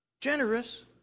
generous